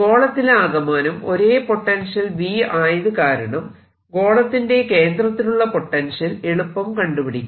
ഗോളത്തിലാകമാനം ഒരേ potential V ആയതുകാരണം ഗോളത്തിന്റെ കേന്ദ്രത്തിലുള്ള പൊട്ടൻഷ്യൽ എളുപ്പം കണ്ടുപിടിക്കാം